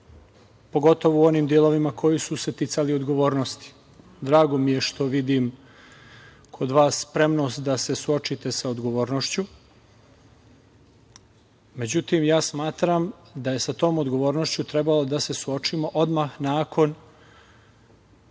pogotovo u onim delovima koji su se ticali odgovornosti. Drago mi je što vidim kod vas spremnost da se suočite sa odgovornošću.Međutim, ja smatram da je sa tom odgovornošću trebalo da se suočimo odmah nakon